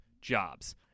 jobs